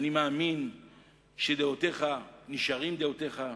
אני מאמין שדעותיך נשארות דעותיך.